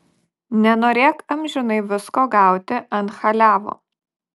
nenorėk amžinai visko gauti ant chaliavo